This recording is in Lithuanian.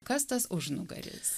kas tas užnugaris